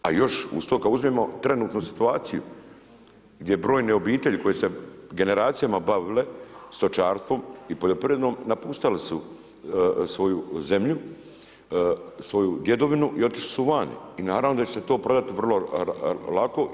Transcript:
A još uz to kad uzmemo trenutnu situaciju gdje brojne obitelji koje se generacijama bavile stočarstvom i poljoprivredom napuštali su svoju zemlju, svoju djedovinu i otišli su vani, i naravno da će se to prodat vrlo lako.